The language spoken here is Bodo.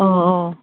अ अ